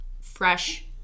fresh